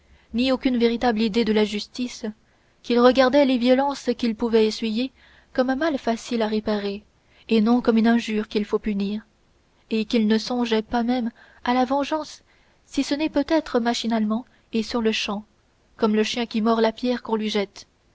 ni aucune véritable idée de la justice qu'ils regardaient les violences qu'ils pouvaient essuyer comme un mal facile à réparer et non comme une injure qu'il faut punir et qu'ils ne songeaient pas même à la vengeance si ce n'est peut-être machinalement et sur-le-champ comme le chien qui mord la pierre qu'on lui jette